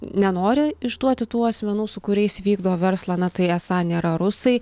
nenori išduoti tų asmenų su kuriais vykdo verslą na tai esą nėra rusai